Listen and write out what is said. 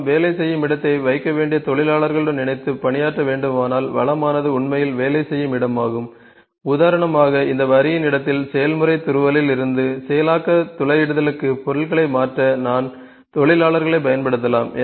நாம் வேலை செய்யும் இடத்தை வைக்க வேண்டிய தொழிலாளர்களுடன் இணைந்து பணியாற்ற வேண்டுமானால் வளமானது உண்மையில் வேலை செய்யும் இடமாகும் உதாரணமாக இந்த வரியின் இடத்தில் செயல்முறை துருவலில் இருந்து செயலாக்க துளையிடுதலுக்கு பொருட்களை மாற்ற நான் தொழிலாளர்களைப் பயன்படுத்தலாம்